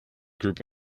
group